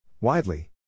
Widely